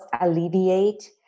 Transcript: alleviate